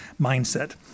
mindset